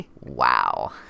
wow